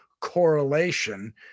correlation